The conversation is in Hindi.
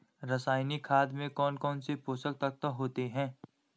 रासायनिक खाद में कौन कौन से पोषक तत्व होते हैं?